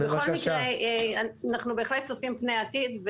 בכל מקרה, אנחנו בהחלט צופים פני עתיד.